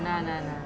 nah nah nah